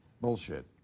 Bullshit